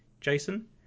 jason